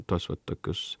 tuos va tokius